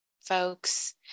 folks